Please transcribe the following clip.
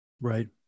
Right